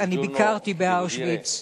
ביקרתי באושוויץ,